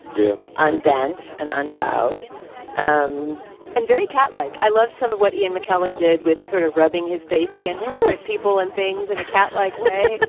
yeah. unbent and unbowed um and very catlike i love some of what ian mckellen did with sort of rubbing his face against different people and things in a catlike way.